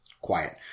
quiet